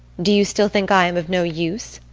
do you still think i am of no use?